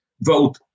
vote